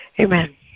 Amen